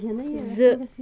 زٕ